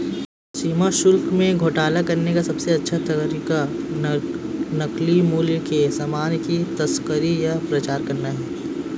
सीमा शुल्क में घोटाला करने का सबसे अच्छा तरीका नकली मूल्य के सामान की तस्करी या प्रचार करना है